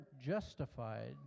justified